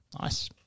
Nice